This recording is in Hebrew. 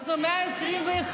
אנחנו במאה ה-21.